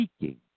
seeking